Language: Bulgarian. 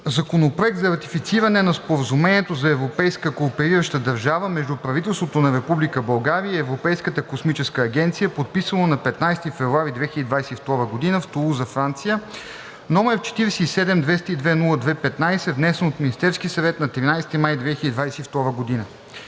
Законопроект за ратифициране на Споразумението за европейска кооперираща държава между правителството на Република България и Европейската космическа агенция, подписано на 15 февруари 2022 г. в град Тулуза, Франция, № 47-202-02-15, внесен от Министерския съвет на 13 май 2022 г.